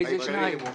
איזה שניים?